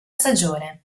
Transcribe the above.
stagione